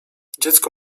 dziecko